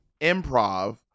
improv